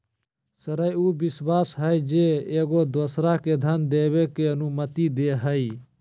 श्रेय उ विश्वास हइ जे एगो दोसरा के धन देबे के अनुमति दे हइ